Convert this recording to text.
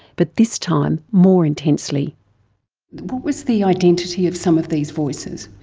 but this time more intensely. what was the identity of some of these voices?